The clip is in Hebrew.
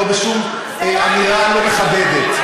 לא בשום אמירה לא מכבדת.